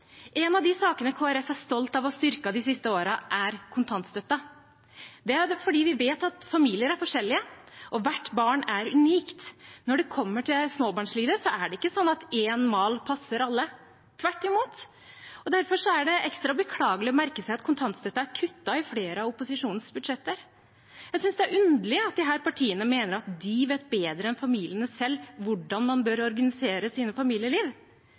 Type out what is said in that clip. En av de sakene Kristelig Folkeparti er stolt av å ha styrket de siste årene, er kontantstøtten. Det er fordi vi vet at familier er forskjellige, og at hvert barn er unikt. Når det gjelder småbarnslivet, er det ikke slik at én mal passer alle – tvert imot. Derfor er det ekstra beklagelig å merke seg at kontantstøtten er kuttet i flere av opposisjonens budsjetter. Jeg synes det er underlig at disse partiene mener at de vet bedre enn familiene selv hvordan man bør organisere sitt familieliv.